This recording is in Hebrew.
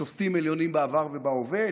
שופטים עליונים בעבר ובהווה,